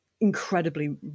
incredibly